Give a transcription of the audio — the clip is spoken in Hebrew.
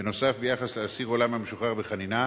בנוסף, ביחס לאסיר עולם המשוחרר בחנינה,